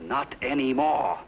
not any more